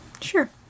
sure